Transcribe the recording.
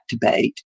debate